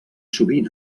sovint